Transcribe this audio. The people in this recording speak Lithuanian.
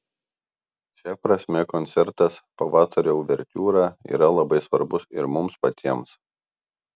šia prasme koncertas pavasario uvertiūra yra labai svarbus ir mums patiems